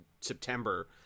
September